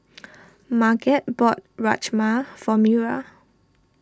Marget bought Rajma for Mira